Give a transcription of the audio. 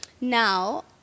Now